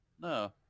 No